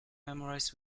memorize